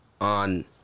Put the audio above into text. on